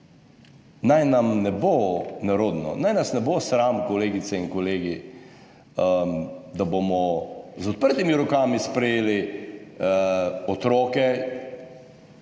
Naj nam ne bo nerodno, naj nas ne bo sram, kolegice in kolegi, da bomo z odprtimi rokami sprejeli otroke,